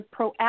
proactive